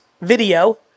video